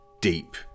deep